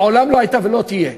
מעולם לא הייתה ולא תהיה.